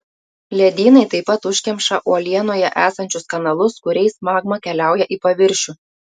ledynai taip pat užkemša uolienoje esančius kanalus kuriais magma keliauja į paviršių